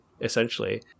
essentially